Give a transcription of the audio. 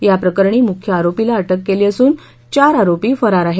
याप्रकरणी मुख्य आरोपीला अटक केली असून चार आरोपी फरार आहेत